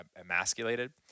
emasculated